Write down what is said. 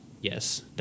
Yes